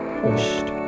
pushed